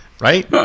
Right